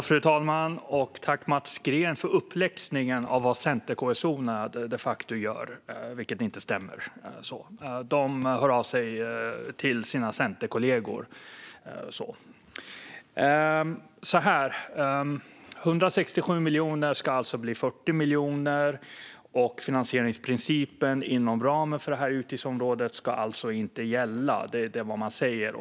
Fru talman! Jag tackar Mats Green för uppläxningen om vad centerkommunstyrelseordförandena de facto gör, vilket dock inte stämmer. De hör av sig till sina centerkollegor. Det är alltså så här: 167 miljoner ska bli 40 miljoner, och finansieringsprincipen inom ramen för det här utgiftsområdet ska inte gälla. Det är vad man säger.